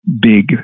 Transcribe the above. big